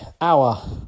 hour